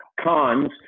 cons